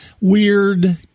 weird